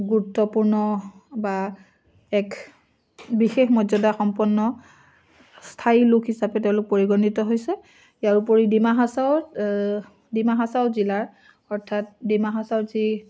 গুৰুত্বপূৰ্ণ বা এক বিশেষ মৰ্যাদা সম্পন্ন স্থায়ী লোক হিচাপে তেওঁলোক পৰিগণিত হৈছে ইয়াৰোপৰি ডিমা হাচাও ডিমা হাচাও জিলাৰ অৰ্থাৎ ডিমা হাচাও যি